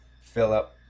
Philip